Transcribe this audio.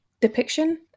depiction